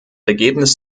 ergebnis